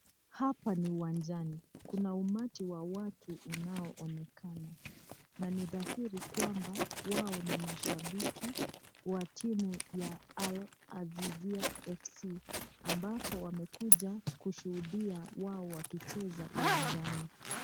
Hapa ni uwanjani kuna umati wa watu unaonekana, na ni dhahiri kwamba wao ni mashabiki wa timu ya Al-azizia FC.Ambapo wamekuja kushuhudia wao wakicheza uwanjani.